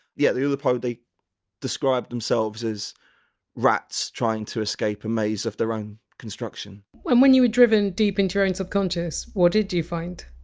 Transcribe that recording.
yeah the oulipo, they described themselves as rats trying to escape a maze of their own construction when when you were driven deep into your own subconscious, what did you find?